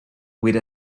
with